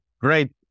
great